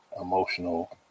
emotional